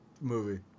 movie